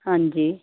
ਹਾਂਜੀ